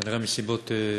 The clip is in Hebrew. כנראה מסיבות טובות,